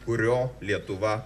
kurio lietuva